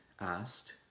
asked